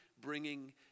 bringing